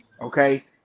Okay